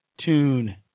tune